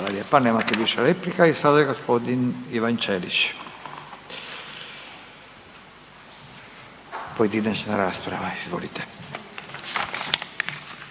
nemate više replika. I sada g. Ivan Ćelić, pojedinačna rasprava. Izvolite.